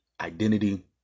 identity